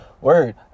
Word